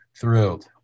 thrilled